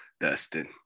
Dustin